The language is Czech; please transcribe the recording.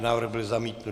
Návrh byl zamítnut.